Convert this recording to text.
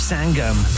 Sangam